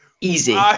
Easy